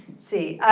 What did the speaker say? see.